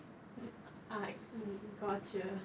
mm I mm I got you